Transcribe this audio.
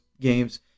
games